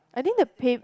I think the pay